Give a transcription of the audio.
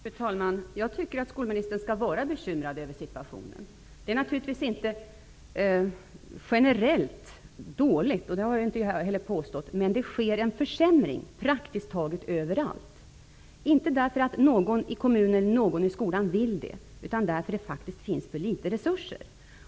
Fru talman! Jag tycker att skolministern skall vara bekymrad över situationen. Situationen är ju naturligtvis inte generellt dålig -- det har jag inte heller påstått -- men det sker en försämring praktiskt taget överallt. Det är inte därför att någon i kommunerna eller skolan vill ha det så, utan därför att det finns för litet resurser.